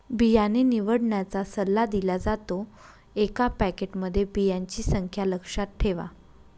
बियाणे निवडण्याचा सल्ला दिला जातो, एका पॅकेटमध्ये बियांची संख्या लक्षात ठेवा